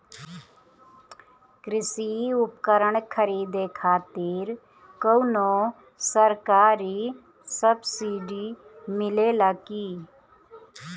कृषी उपकरण खरीदे खातिर कउनो सरकारी सब्सीडी मिलेला की?